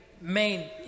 main